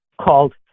called